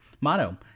Motto